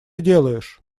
делаешь